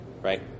Right